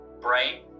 bright